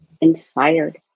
inspired